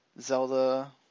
Zelda